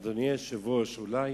אדוני היושב-ראש, אולי